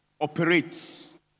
operates